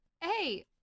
Hey